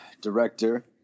director